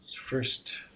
First